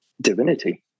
divinity